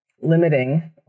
limiting